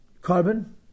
Carbon